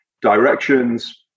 directions